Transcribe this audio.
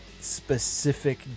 specific